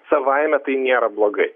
savaime tai nėra blogai